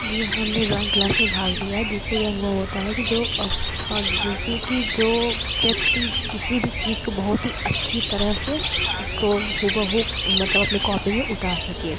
जी हमने drawing class में भाग लिया जिससे यह अनुभव होता है कि जो हाँ जैसे कि जो व्यक्ति किसी भी चीज़ को बहुत ही अच्छी तरह से उसको हूबहू मतलब अपनी कॉपी में उतार सकें